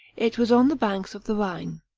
it was on the banks of the rhine.